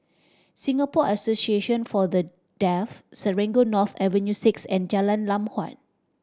Singapore Association For The Deaf Serangoon North Avenue Six and Jalan Lam Huat